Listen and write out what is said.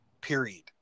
Period